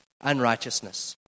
unrighteousness